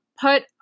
put